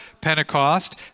Pentecost